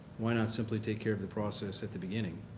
why not simply take care of the process at the beginning,